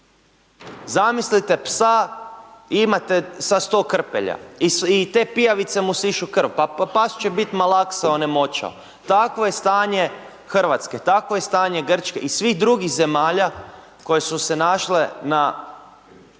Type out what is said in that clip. Zamislite psa i imate sad 100 krpelja i te pijavice mu sišu krv. Pa pas će biti malaksao, onemoćao. Takvo je stanje Hrvatske, takvo je stanje Grčke i svih drugih zemalja koje su se našle na